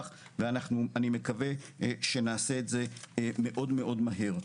ואני מקווה שנעשה את זה מאוד מאוד מהר.